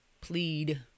plead